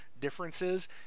differences